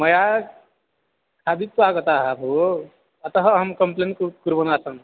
मया खादित्वा आगताः भो अतः अहं कम्प्लेण्ट् कुर्वन्ति कुर्वणः आसम्